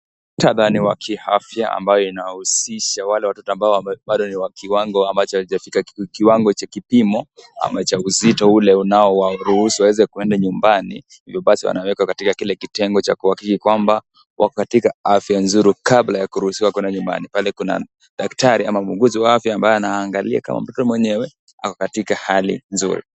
Muktadha ni wa kiafya ambayo inahusisha wale watoto ambao bado ni wa kiwango ama hawajafika kiwango cha kipimo ama cha uzito ule unaowaruhusu waweze kwenda nyumbani hivyo basi wanawekwa katika kile kitengo cha kuhakikisha kwamba wako katika afya nzuri kabla ya kuruhusiwa kwenda nyumbani, pale kuna daktari ama muuguzi wake ambaye anaangalia kama mtoto mwenyewe ako katika hali nzuri.